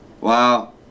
Wow